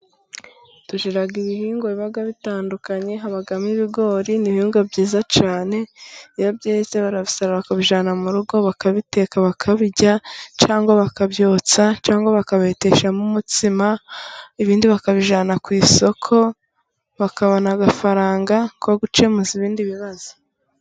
Tugira ibihingwa biba bitandukanye habamo ibigori n'ibihiblgwa byiza cyane, iyo byeze barabisarura bakabijyana murugo bakabiteka bakabirya cyangwa bakabyotsa cyangwa bakabihiteshamo umutsima, ibindi bakabijyana ku isoko bakabona amafaranga yo gukemuza ibindi bibazo.